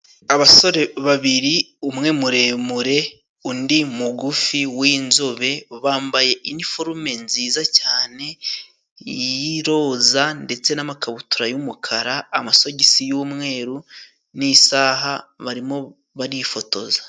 Abasore babiri umwe muremure undi mugufi w'inzobe, bambaye iniforume nziza cyane y'iroza ndetse namakabutura yumukara, amasogisi yumweru n'isaha. Barimo barifotoza.